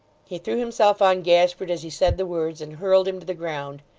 he threw himself on gashford as he said the words, and hurled him to the ground.